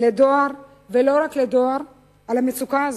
לדואר ולא רק לדואר על המצוקה הזאת.